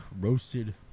roasted